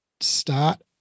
start